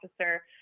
Officer